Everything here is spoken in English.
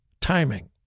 Timing